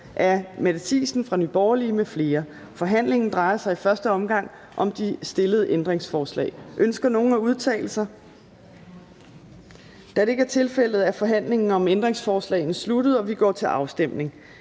Fjerde næstformand (Trine Torp): Forhandlingen drejer sig i første omgang om de stillede ændringsforslag. Ønsker nogen at udtale sig? Da det ikke er tilfældet, er forhandlingen om ændringsforslagene sluttet, og går vi til afstemning.